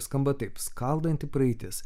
skamba taip skaldanti praeitis